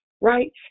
Right